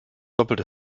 doppelte